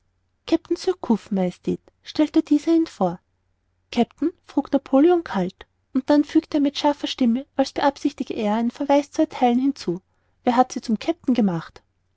stellte dieser ihn vor kapitän frug napoleon kalt und dann fügte er mit scharfer stimme als beabsichtige er einen verweis zu ertheilen hinzu wer hat sie zum kapitän gemacht